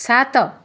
ସାତ